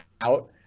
out